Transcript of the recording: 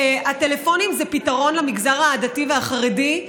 הטלפונים הם פתרון מורכב מאוד למגזר הדתי והחרדי.